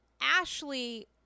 Ashley